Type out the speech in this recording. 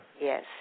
Yes